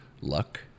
luck